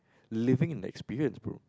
living in the experience bro